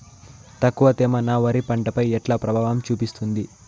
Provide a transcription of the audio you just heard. తక్కువ తేమ నా వరి పంట పై ఎట్లా ప్రభావం చూపిస్తుంది?